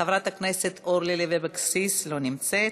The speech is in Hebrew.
חברת הכנסת אורלי לוי אבקסיס, לא נמצאת,